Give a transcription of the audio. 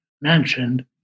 mentioned